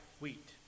wheat